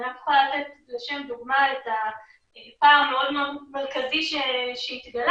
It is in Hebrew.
אני רק יכולה לתת לשם דוגמה פער מאוד-מאוד מרכזי שהתגלה: